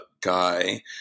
guy